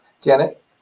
Janet